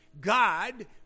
God